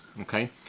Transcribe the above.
okay